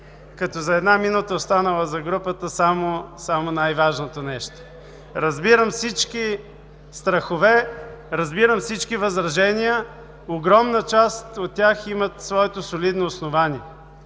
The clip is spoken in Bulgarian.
като за една минута, останала за групата, само най-важното нещо. Разбирам всички страхове, разбирам всички възражения, огромна част от тях имат своето солидно основание.